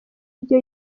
byo